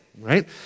right